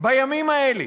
בימים האלה,